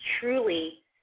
truly